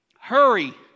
hurry